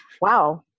wow